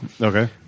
Okay